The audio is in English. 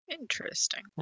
Interesting